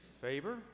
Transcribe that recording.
favor